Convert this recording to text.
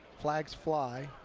flags fly.